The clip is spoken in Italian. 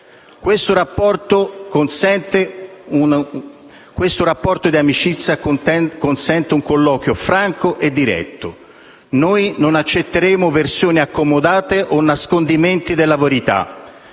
Questo rapporto di amicizia consente un colloquio franco e diretto. Noi non accetteremo versioni accomodate o nascondimenti della verità.